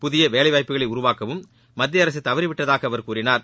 புதிய வேலைவாய்ப்புகளை உருவாக்கவும் மத்திய அரசு தவறிவிட்டதாக அவர் கூறினார்